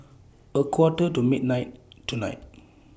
A Quarter to midnight tonight